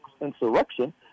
insurrection